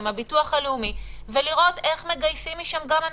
ועם הביטוח הלאומי ולראות איך מגייסים משם גם אנשים.